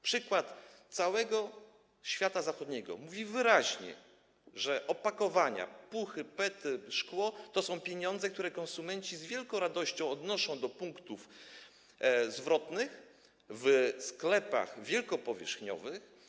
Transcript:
Przykład całego świata zachodniego pokazuje wyraźnie, że opakowania, puchy, pety, szkło to są pieniądze, które konsumenci z wielką radością odnoszą do punktów zwrotnych w sklepach wielkopowierzchniowych.